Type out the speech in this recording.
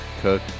Cook